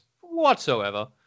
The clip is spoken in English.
whatsoever